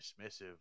dismissive